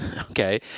Okay